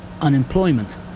unemployment